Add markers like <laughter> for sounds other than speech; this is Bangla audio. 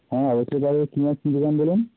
হ্যাঁ <unintelligible> কি মাছ কিনতে চান বলুন